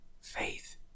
faith